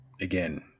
again